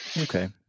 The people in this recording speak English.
okay